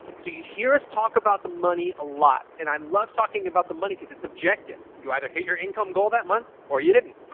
so you hear us talk about the money a lot and i love talking about the money cause it's objective. you either hit your income goal that month or you didn't.